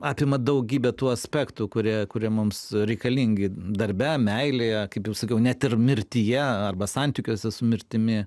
apima daugybę tų aspektų kurie kurie mums reikalingi darbe meilėje kaip jau sakiau net ir mirtyje arba santykiuose su mirtimi